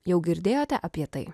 jau girdėjote apie tai